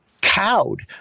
cowed